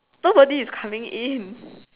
nobody is coming in